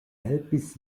helpis